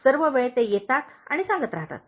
सर्व वेळ ते येतात आणि सांगत राहतात